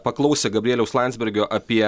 paklausė gabrieliaus landsbergio apie